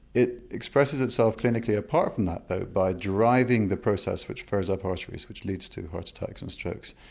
it expresses itself clinically apart from that though by driving the process which froze up arteries which leads to heart attacks and strokes.